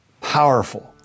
powerful